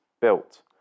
built